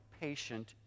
patient